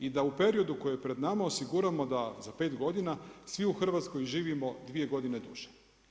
I da u periodu koji je pred nama osiguramo da za pet godina svi u Hrvatskoj živimo dvije godine duže.